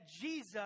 Jesus